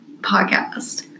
podcast